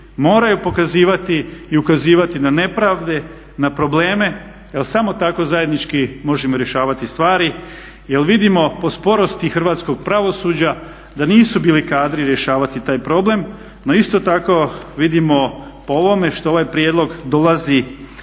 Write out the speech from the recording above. moraju pokazivati i ukazivati na nepravde, na probleme jer samo tako zajednički možemo rješavati stvari jer vidimo po sporosti hrvatskog pravosuđa da nisu bili kadri rješavati taj problem. No isto tako vidimo po ovome što ovaj prijedlog dolazi